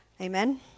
Amen